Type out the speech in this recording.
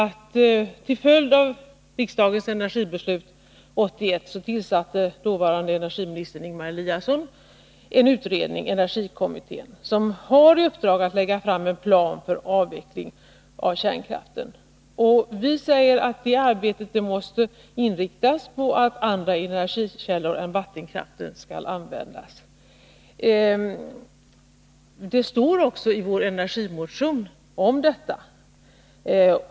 Till följd av riksdagens energibeslut 1981 tillsatte dåvarande energiminister Ingemar Eliasson en utredning, 1981 års energikommitté, som har i uppdrag att lägga fram en plan för avveckling av kärnkraften. Och vi säger att det arbetet måste inriktas på att andra energikällor än vattenkraft skall användas. Också i vår energimotion står det om detta.